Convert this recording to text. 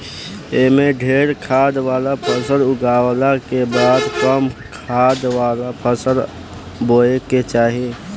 एमे ढेरे खाद वाला फसल उगावला के बाद कम खाद वाला फसल बोए के चाही